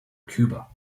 cuba